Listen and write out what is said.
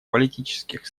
политических